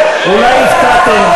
אולי הפתעתם.